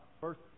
First